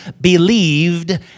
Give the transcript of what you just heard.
believed